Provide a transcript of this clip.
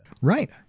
Right